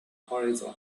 horizon